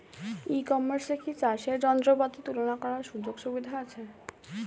ই কমার্সে কি চাষের যন্ত্রপাতি তুলনা করার সুযোগ সুবিধা আছে?